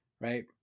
Right